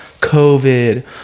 COVID